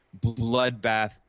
bloodbath